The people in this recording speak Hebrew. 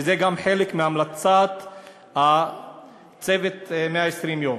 וזה גם חלק מהמלצת "צוות 120 הימים".